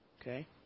okay